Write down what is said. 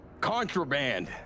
Contraband